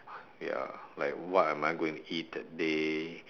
ya like what am I going to eat that day